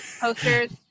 posters